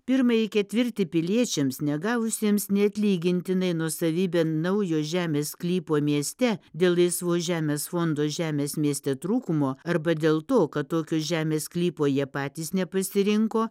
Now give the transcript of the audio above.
pirmąjį ketvirtį piliečiams negavusiems neatlygintinai nuosavybėn naujo žemės sklypo mieste dėl laisvos žemės fondo žemės mieste trūkumo arba dėl to kad tokio žemės sklypo jie patys nepasirinko